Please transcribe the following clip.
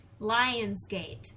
Lionsgate